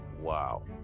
Wow